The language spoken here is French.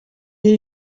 est